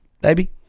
baby